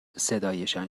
صدایشان